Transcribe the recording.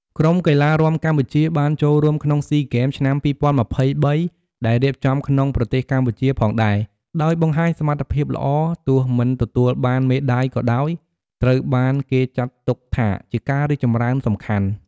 ក្រុមកីឡារាំកម្ពុជាបានចូលរួមក្នុងស៊ីហ្គេម ឆ្នាំ ២០២៣ ដែលរៀបចំក្នុងប្រទេសកម្ពុជាផងដែរ ដោយបង្ហាញសមត្ថភាពល្អ ទោះមិនទទួលបានមេដៃក៏ដោយ ត្រូវបានគេចាត់ទុកថាជាការរីកចម្រើនសំខាន់។